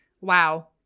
Wow